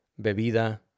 Bebida